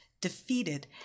defeated